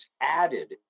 added